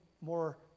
more